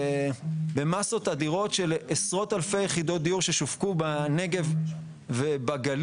במסות אדירות של עשרות אלפי יחידות דיור ששווקו בנגב ובגליל,